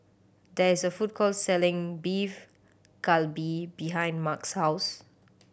there is a food court selling Beef Galbi behind Mark's house